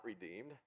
redeemed